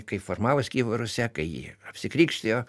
kai formavosi kijevo rusia kai ji apsikrikštijo